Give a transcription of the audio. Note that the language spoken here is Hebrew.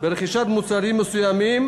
ברכישת מוצרים מסוימים,